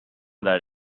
that